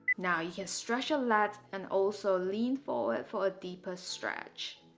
now you can stretch a lot and also lean forward for a deeper stretch